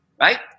right